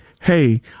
Hey